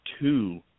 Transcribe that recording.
two